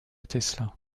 tesla